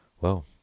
Well